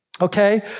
Okay